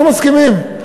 אנחנו מסכימים.